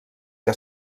que